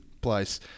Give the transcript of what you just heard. place